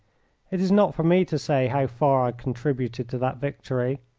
it is not for me to say how far i contributed to that victory,